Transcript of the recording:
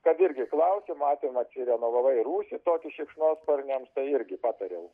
kad irgi klausė matėm atsirenovavai rūsį tokį šikšnosparniams irgi patariau